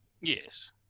yes